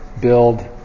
BUILD